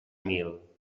mil